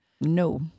No